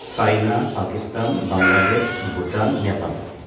China Pakistan Bangladesh Bhutan Nepal